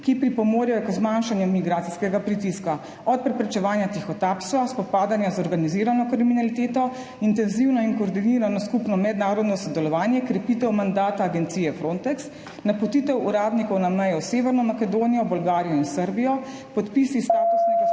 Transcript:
ki pripomorejo k zmanjšanju migracijskega pritiska: od preprečevanja tihotapstva, spopadanja z organizirano kriminaliteto, intenzivno in koordinirano skupno mednarodno sodelovanje, krepitev mandata agencije Frontex, napotitev uradnikov na mejo s Severno Makedonijo, Bolgarijo in Srbijo, podpisi statusnega